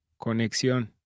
Conexión